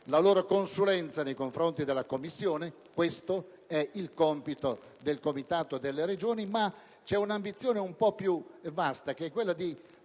la loro consulenza nei confronti della Commissione (questo è il compito del comitato in oggetto), ma che c'è un'ambizione un po' più vasta, quella di